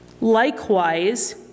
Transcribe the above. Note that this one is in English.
Likewise